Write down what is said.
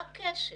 מה הקשר?